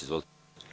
Izvolite.